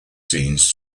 scenes